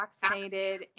vaccinated